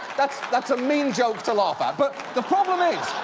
that's that's a mean joke to laugh at. but the problem is,